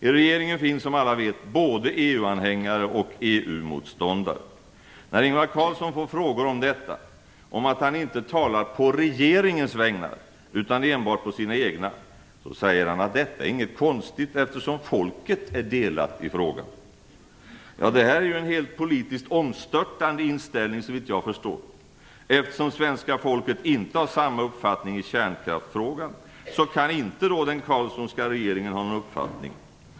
I regeringen finns, som alla vet, både EU-anhängare och EU-motståndare. När Ingvar Carlsson får frågor om detta, om att han inte talar på regeringens vägnar utan enbart på sina egna, säger han att detta inte är något konstigt eftersom folket är delat i frågan. Detta är ju såvitt jag förstår en helt politiskt omstörtande inställning. Eftersom svenska folket inte har samma uppfattning i kärnkraftsfrågan, kan inte den Carlssonska regeringen ha någon uppfattning.